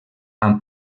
amb